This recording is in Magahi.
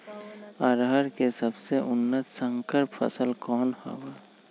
अरहर के सबसे उन्नत संकर फसल कौन हव?